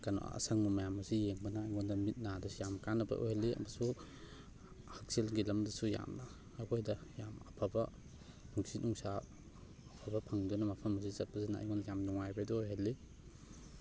ꯀꯩꯅꯣ ꯑꯁꯪꯕ ꯃꯌꯥꯝ ꯑꯁꯤ ꯌꯦꯡꯕꯅ ꯑꯩꯉꯣꯟꯗ ꯃꯤꯠ ꯅꯥꯗꯁꯨ ꯌꯥꯝ ꯀꯥꯟꯅꯕ ꯑꯣꯏꯍꯜꯂꯤ ꯑꯃꯁꯨꯡ ꯍꯛꯁꯦꯜꯒꯤ ꯂꯝꯗꯁꯨ ꯌꯥꯝꯅ ꯑꯩꯈꯣꯏꯗ ꯌꯥꯝ ꯑꯐꯕ ꯅꯨꯡꯁꯤꯠ ꯅꯨꯡꯁꯥ ꯑꯐꯕ ꯐꯪꯗꯨꯅ ꯃꯐꯝ ꯑꯁꯤꯗ ꯆꯠꯄꯁꯤꯅ ꯑꯩꯉꯣꯟꯗ ꯌꯥꯝ ꯅꯨꯡꯉꯥꯏꯕ ꯍꯥꯏꯕꯗꯣ ꯑꯣꯏꯍꯜꯂꯤ